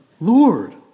Lord